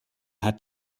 hat